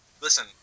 Listen